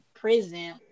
prison